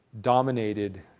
dominated